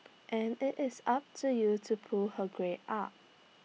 and IT is up to you to pull her grades up